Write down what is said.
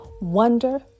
wonder